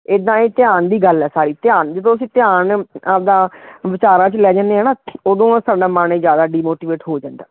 ਇੱਦਾਂ ਇਹ ਧਿਆਨ ਦੀ ਗੱਲ ਹੈ ਸਾਰੀ ਧਿਆਨ ਜਦੋਂ ਅਸੀਂ ਧਿਆਨ ਆਪਣਾ ਵਿਚਾਰਾਂ 'ਚ ਲੈ ਜਾਂਦੇ ਹੈ ਨਾ ਓਦੋਂ ਸਾਡਾ ਮਨ ਜ਼ਿਆਦਾ ਡੀਮੋਟੀਵੇਟ ਹੋ ਜਾਂਦਾ